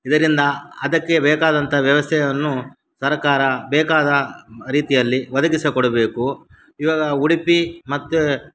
ಇದರಿಂದ ಅದಕ್ಕೆ ಬೇಕಾದಂಥ ವ್ಯವಸ್ಥೆಯನ್ನು ಸರಕಾರ ಬೇಕಾದ ರೀತಿಯಲ್ಲಿ ಒದಗಿಸಿಕೊಡ್ಬೇಕು ಇವಾಗ ಉಡುಪಿ ಮತ್ತು